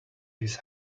his